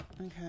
Okay